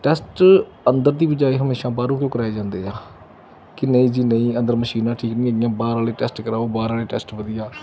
test ਅੰਦਰ ਦੀ ਬਜਾਏ ਹਮੇਸ਼ਾਂ ਬਾਹਰੋਂ ਕਿਉਂ ਕਰਾਏ ਜਾਂਦੇ ਆ ਕਿ ਨਹੀਂ ਜੀ ਨਹੀਂ ਅੰਦਰ ਮਸ਼ੀਨਾਂ ਠੀਕ ਨਹੀਂ ਹੈਗੀਆਂ ਬਾਹਰ ਵਾਲੇ ਟੈਸਟ ਕਰਾਓ ਬਾਹਰ ਵਾਲੇ ਟੈਸਟ ਵਧੀਆ